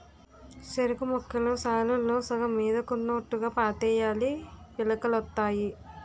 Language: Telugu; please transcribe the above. సెరుకుముక్కలు సాలుల్లో సగం మీదకున్నోట్టుగా పాతేయాలీ పిలకలొత్తాయి